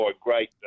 great